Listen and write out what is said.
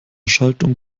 schaltung